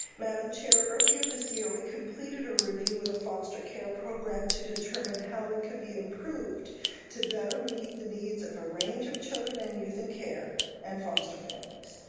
madam chair, earlier this year we completed a review of the foster care program to determine how it can be improved to better meet the needs of a range of children in youth and care and foster families.